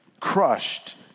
Crushed